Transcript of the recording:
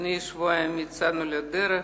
לפני שבועיים יצאנו לדרך.